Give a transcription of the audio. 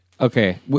okay